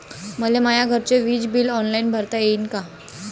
मले माया घरचे विज बिल ऑनलाईन भरता येईन का?